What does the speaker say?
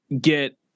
get